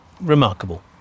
remarkable